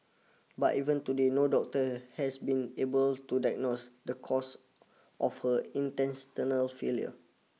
but even today no doctor has been able to diagnose the cause of her intestinal failure